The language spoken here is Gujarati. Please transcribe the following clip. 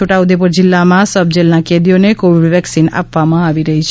છોટા ઉદેપુર જીલ્લામાં સબજેલના કેદીઓને કોવિડ વેકસીન આપવામાં આવી રહી છે